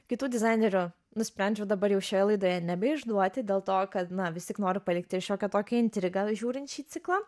kitų dizainerių nusprendžiau dabar jau šioje laidoje nebeišduoti dėl to kad na vis tik noriu palikti ir šiokią tokią intrigą žiūrint šį ciklą